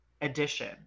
edition